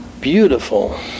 Beautiful